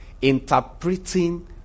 Interpreting